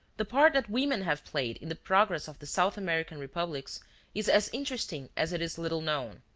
the part that women have played in the progress of the south american republics is as interesting as it is little known.